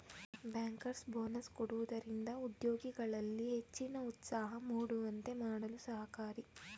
bankers bonus ಕೊಡುವುದರಿಂದ ಉದ್ಯೋಗಿಗಳಲ್ಲಿ ಹೆಚ್ಚಿನ ಉತ್ಸಾಹ ಮೂಡುವಂತೆ ಮಾಡಲು ಸಹಕಾರಿ